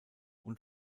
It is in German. und